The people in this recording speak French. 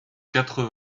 quatre